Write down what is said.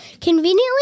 Conveniently